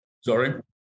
sorry